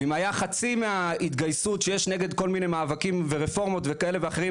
ואם היה חצי מההתגייסות שיש נגד כל מיני מאבקים ורפורמות וכאלה ואחרים,